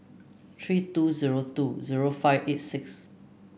three two zero two zero five eight six